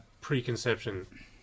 preconception